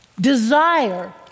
desire